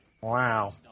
Wow